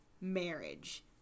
marriage